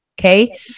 Okay